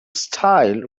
style